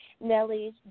Nellie's